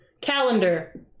calendar